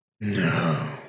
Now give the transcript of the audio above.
No